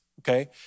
Okay